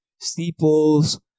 Steeples